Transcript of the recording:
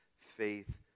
faith